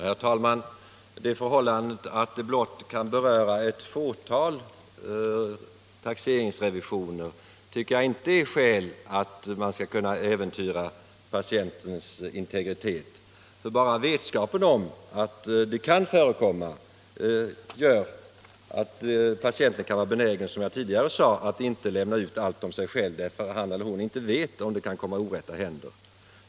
Herr talman! Det förhållandet att det blott kan beröra ett fåtal taxeringsrevisioner tycker jag inte är skäl att man skall kunna äventyra patientens integritet. Bara vetskapen om att ett missöde kan förekomma gör att patienten, som jag tidigare sade, kan vara benägen att inte lämna ut allt om sig själv. Han eller hon vet ju inte om uppgifterna kan komma 1 orätta händer.